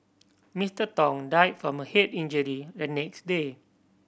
Mister Tong died from a head injury the next day